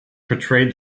portrayed